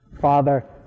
Father